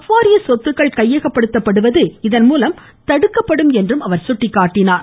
ப் வாரிய சொத்துக்கள் கையகப்படுத்தப்படுவது இதன்மூலம் தடுக்கப்படும் என்றும் அவர் சுட்டிக்காட்டினார்